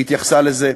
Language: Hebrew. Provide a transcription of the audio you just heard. איך התייחסה לזה.